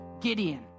Gideon